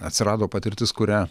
atsirado patirtis kurią